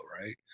right